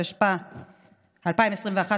התשפ"א 2021,